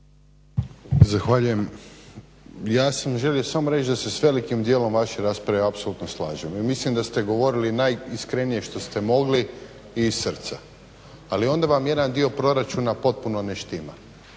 Zahvaljujem. Ja sam želio samo reći da se s velikim dijelom vaše rasprave apsolutno slažem i mislim da ste govorili najiskrenije što ste mogli i iz srca. Ali onda vam jedan dio proračuna potpuno ne štima,